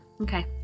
okay